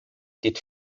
geht